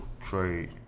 trade